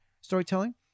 storytelling